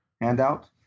handout